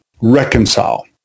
reconcile